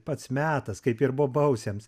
pats metas kaip ir bobausiams